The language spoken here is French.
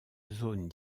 zones